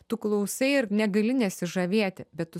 tu klausai ir negali nesižavėti bet tu